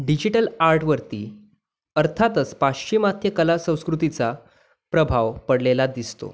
digital आर्टवरती अर्थातच पाश्चिमात्त्य कला संस्कृतीचा प्रभाव पडलेला दिसतो